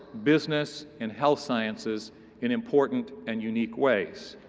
business, and health sciences in important and unique ways?